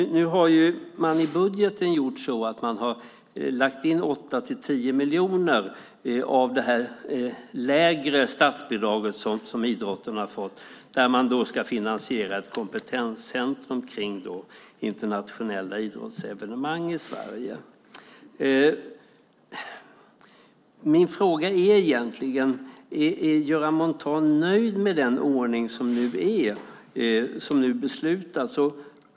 Nu har man i budgeten lagt in 8-10 miljoner av det lägre statsbidrag som idrotten har fått för att finansiera ett kompetenscentrum kring internationella idrottsevenemang i Sverige. Är Göran Montan nöjd med den ordning som nu beslutas?